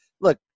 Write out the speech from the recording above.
Look